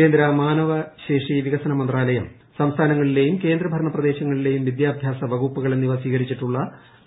കേന്ദ്ര മാനവശേഷി വികസന മന്ത്രാലയം സംസ്ഥാനങ്ങളിലെയും കേന്ദ്രഭരണപ്രദേശങ്ങളിലെയും വിദ്യാഭ്യാസ വകുപ്പുകൾ എന്നിവ സ്വീകരിച്ചിട്ടുള്ള